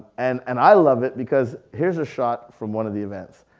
and and i love it because here's a shot from one of the events.